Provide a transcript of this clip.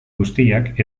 guztiak